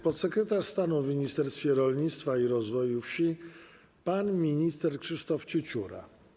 Podsekretarz stanu w Ministerstwie Rolnictwa i Rozwoju Wsi pan minister Krzysztof Ciecióra.